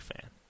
fan